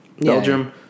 Belgium